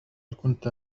كنت